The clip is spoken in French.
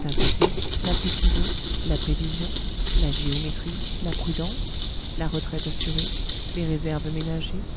d'un côté la précision la prévision la géométrie la prudence la retraite assurée les réserves ménagées